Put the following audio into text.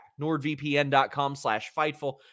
NordVPN.com/slash/fightful